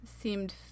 seemed